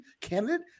candidate